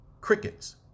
Crickets